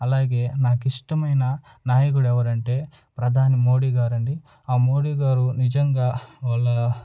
అలాగే నాకిష్టమైన నాయకుడు ఎవరంటే ప్రధాని మోడీ గారండి ఆ మోడీ గారు నిజంగా వాళ్ళ